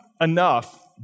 enough